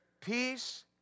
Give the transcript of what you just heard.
peace